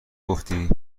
گفتی